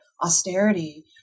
austerity